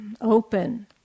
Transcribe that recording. open